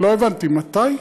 לא הבנתי, מתי?